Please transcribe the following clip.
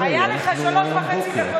היה לך שלוש וחצי דקות.